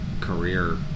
career